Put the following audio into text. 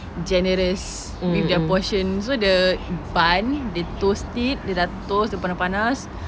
generous with their portions so the bun they toast it dia dah toast panas-panas